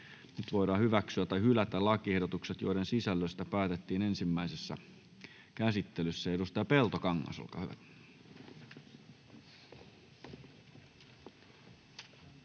Nyt voidaan hyväksyä tai hylätä lakiehdotukset, joiden sisällöstä päätettiin ensimmäisessä käsittelyssä. — Edustaja Peltokangas, olkaa hyvä.